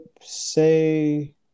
say